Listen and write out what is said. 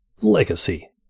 Legacy